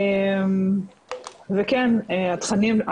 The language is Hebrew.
וכן התכנים,